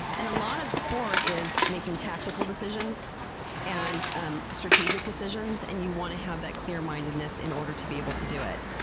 and a lot of sport is making tactical decisions and um strategic decisions and you want to have that clear mindedness in order to be able to do it.